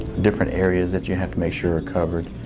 different areas that you have to make sure are covered.